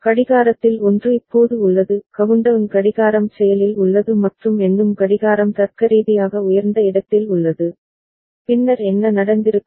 கடிகாரத்தில் ஒன்று இப்போது உள்ளது கவுண்டவுன் கடிகாரம் செயலில் உள்ளது மற்றும் எண்ணும் கடிகாரம் தர்க்கரீதியாக உயர்ந்த இடத்தில் உள்ளது பின்னர் என்ன நடந்திருக்கும்